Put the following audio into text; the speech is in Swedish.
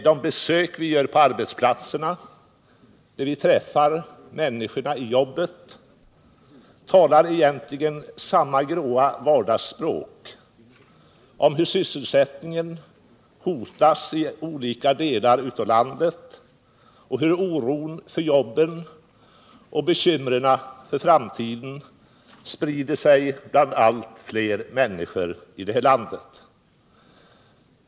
De besök vi gör på arbetsplatserna, där vi träffar människorna i jobben, talar egentligen samma grå vardagsspråk om hur sysselsättningen hotas i olika delar av landet och hur oron för jobben och bekymren för framtiden sprider sig bland allt fler människor i detta land.